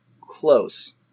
close